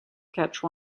catch